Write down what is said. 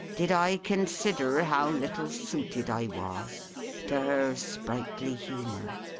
did i consider how little suited i was to her sprightly humour,